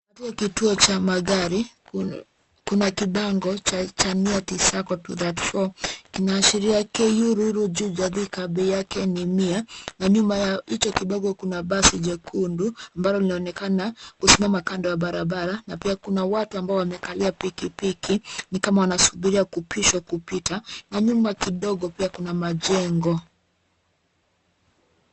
Katika kituo cha magari kuna kibango cha NIA T sacco 234 kinaashiria Ku, ruiru, Juja ,Thika na bei yake ni mia na nyuma ya hicho kibango kuna basi jekundu ambalo linaonekana kusimama kando ya barabara na pia kuna watu ambao wamekalia pikipiki nikama wanasubiria kupishwa kupita na nyuma kidogo pia kuna majengo.